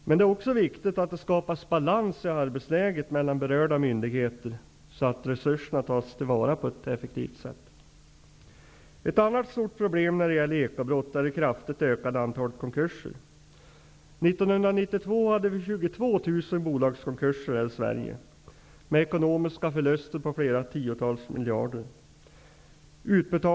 Men det är också viktigt att det skapas balans i arbetsläget mellan berörda myndigheter, så att resurserna tas till vara på ett effektivt sätt. Ett annat stort problem när det gäller ekobrott är det kraftigt ökade antalet konkurser. 1992 hade vi 22 000 bolagskonkurser här i Sverige, med ekonomiska förluster på flera tiotals miljarder.